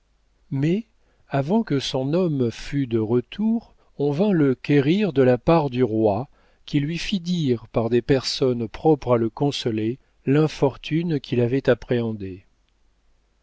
mais avant que son homme fût de retour on vint le querir de la part du roi qui lui fit dire par des personnes propres à le consoler l'infortune qu'il avait appréhendée